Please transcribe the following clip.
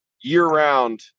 year-round